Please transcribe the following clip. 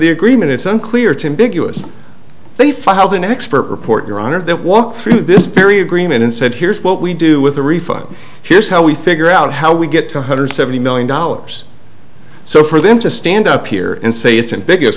the agreement it's unclear to big us they filed an expert report your honor that walked through this very agreement and said here's what we do with a refund here's how we figure out how we get to one hundred seventy million dollars so for them to stand up here and say it's and big